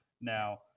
now